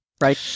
right